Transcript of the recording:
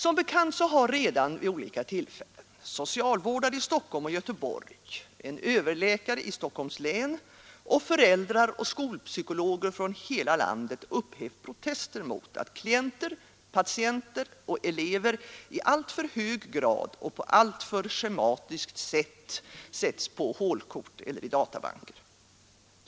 Som bekant har redan vid olika tillfällen socialvårdare i Stockholm och Göteborg, en överläkare i Stockholms län och föräldrar och skolpsykologer från hela landet upphävt protester mot att klienter, patienter och elever i alltför hög grad och på ett alltför schematiskt vis sätts på hålkort eller i databanker.